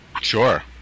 Sure